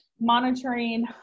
monitoring